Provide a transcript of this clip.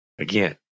Again